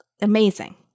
Amazing